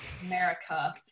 America